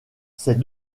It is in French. ses